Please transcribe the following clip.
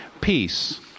Peace